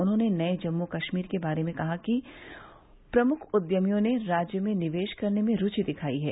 उन्होंने नये जम्मू कश्मीर के बारे में कहा कि प्रमुख उद्यमियों ने राज्य में निवेश करने में रूचि दिखाई है